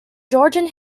georgian